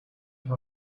how